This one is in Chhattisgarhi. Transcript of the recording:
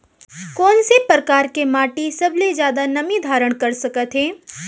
कोन से परकार के माटी सबले जादा नमी धारण कर सकत हे?